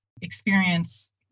experience